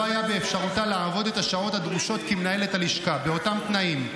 היה באפשרותה לעבוד את השעות הדרושות כמנהלת הלשכה באותם תנאים.